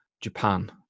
Japan